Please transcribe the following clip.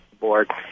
board